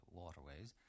waterways